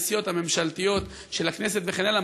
הנסיעות הממשלתיות של הכנסת וכן הלאה,